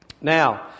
Now